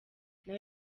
naho